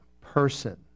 person